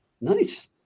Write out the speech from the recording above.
Nice